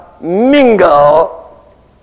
mingle